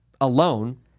alone